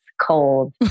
cold